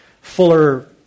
fuller